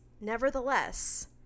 Nevertheless